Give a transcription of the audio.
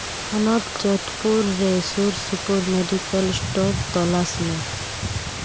ᱦᱚᱱᱚᱛ ᱡᱳᱫᱽᱯᱩᱨ ᱨᱮ ᱥᱩᱨᱼᱥᱩᱯᱩᱨ ᱢᱮᱰᱤᱠᱮᱞ ᱥᱴᱳᱨ ᱛᱚᱞᱟᱥ ᱢᱮ